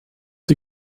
die